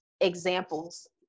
examples